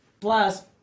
Plus